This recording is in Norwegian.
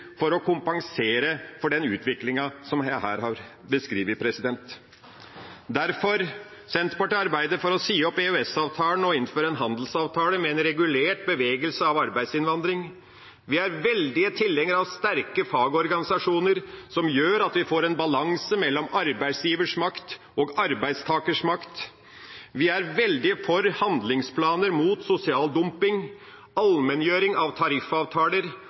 for å kompensere for den utviklinga som her er beskrevet. Derfor: Senterpartiet arbeider for å si opp EØS-avtalen og innføre en handelsavtale med en regulert bevegelse av arbeidsinnvandring. Vi er veldig tilhenger av sterke fagorganisasjoner som gjør at vi får en balanse mellom arbeidsgivers makt og arbeidstakers makt. Vi er veldig for handlingsplaner mot sosial dumping og allmenngjøring av tariffavtaler.